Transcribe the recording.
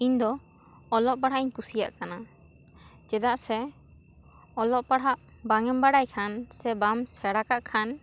ᱤᱧ ᱫᱚ ᱚᱞᱚᱜ ᱯᱟᱲᱦᱟᱜ ᱤᱧ ᱠᱩᱥᱤᱭᱟᱜ ᱠᱟᱱᱟ ᱪᱮᱫᱟᱜ ᱥᱮ ᱚᱞᱚᱜ ᱯᱟᱲᱦᱟᱜ ᱵᱟᱢᱮᱢ ᱵᱟᱲᱟᱭ ᱠᱷᱟᱱ ᱥᱮ ᱵᱟᱢ ᱥᱮᱬᱟ ᱠᱟᱜ ᱠᱷᱟᱱ